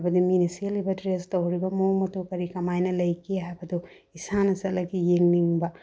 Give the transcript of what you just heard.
ꯍꯥꯏꯕꯗꯤ ꯃꯣꯏꯅ ꯁꯦꯠꯂꯤꯕ ꯗ꯭ꯔꯦꯁ ꯇꯧꯔꯤꯕ ꯃꯑꯣꯡ ꯃꯇꯧ ꯀꯔꯤ ꯀꯃꯥꯏꯅ ꯂꯩꯒꯦ ꯍꯥꯏꯕꯗꯨ ꯏꯁꯥꯅ ꯆꯠꯂꯒ ꯌꯦꯡꯅꯤꯡꯕ